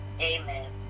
Amen